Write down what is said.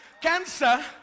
cancer